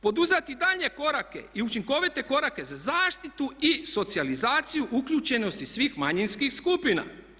Poduzeti daljnje korake i učinkovite korake za zaštitu i socijalizaciju uključenosti svih manjinskih skupina.